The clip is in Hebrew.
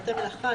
בתי מלאכה,